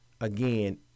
again